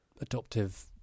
adoptive